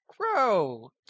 Crow